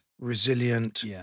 resilient